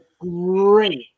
great